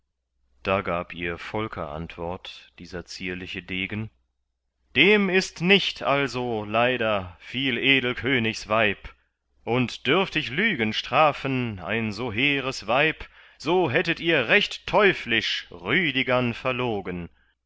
da gab ihr volker antwort dieser zierliche degen dem ist nicht also leider viel edel königsweib und dürft ich lügen strafen ein so hehres weib so hättet ihr recht teuflisch rüdigern verlogen